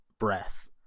breath